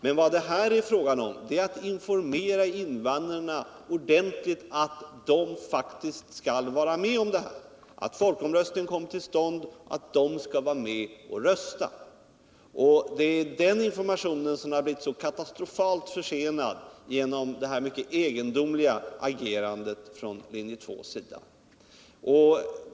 Men vad det här är fråga om är att informera invandrarna om att de faktiskt får delta i folkomröstningen. Det är den informationen som har blivit så katastrofalt försenad genom det egendomliga agerandet från linje 2.